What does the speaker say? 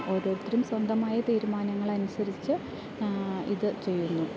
ഓരോരുത്തരും സ്വന്തമായ തീരുമാനങ്ങൾ അനുസരിച്ച് ഇത് ചെയ്യുന്നു